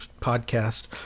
podcast